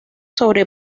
sobre